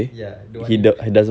ya don't want him to